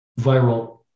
viral